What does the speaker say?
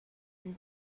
and